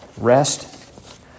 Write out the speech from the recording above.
rest